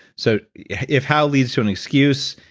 so if how leads to an excuse,